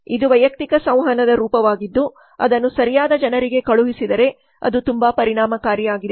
ಇದು ವೈಯಕ್ತಿಕ ಸಂವಹನದ ರೂಪವಾಗಿದ್ದು ಅದನ್ನು ಸರಿಯಾದ ಜನರಿಗೆ ಕಳುಹಿಸಿದರೆ ಅದು ತುಂಬಾ ಪರಿಣಾಮಕಾರಿಯಾಗಿದೆ